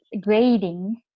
grading